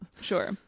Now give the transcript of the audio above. Sure